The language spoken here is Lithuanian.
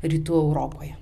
rytų europoje